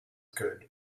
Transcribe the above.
good